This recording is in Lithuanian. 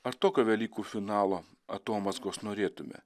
ar tokio velykų finalo atomazgos norėtume